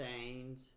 change